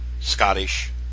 Scottish